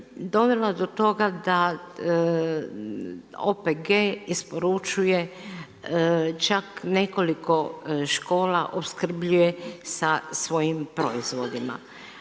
dovelo do toga da OPG isporučuje čak nekoliko škola opskrbljuje sa svojim proizvodima.